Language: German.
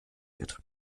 wird